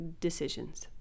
decisions